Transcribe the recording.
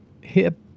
hip